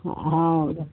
हँ